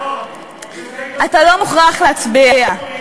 אתה לא מוכרח להצביע.